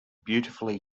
beautifully